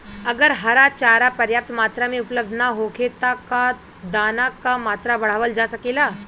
अगर हरा चारा पर्याप्त मात्रा में उपलब्ध ना होखे त का दाना क मात्रा बढ़ावल जा सकेला?